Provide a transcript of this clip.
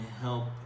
help